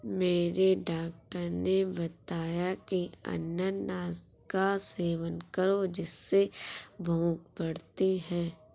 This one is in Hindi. मेरे डॉक्टर ने बताया की अनानास का सेवन करो जिससे भूख बढ़ती है